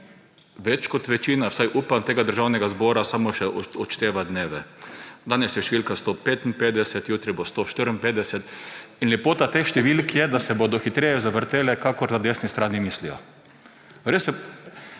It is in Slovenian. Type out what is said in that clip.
več kot večina, vsaj upam, tega državnega zbora samo še odšteva dneve. Danes je številka 155, jutri bo 154. Lepota teh številk je, da se bodo hitreje zavrtele, kakor na desni strani mislijo. Res,